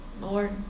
Lord